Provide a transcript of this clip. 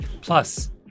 Plus